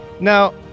now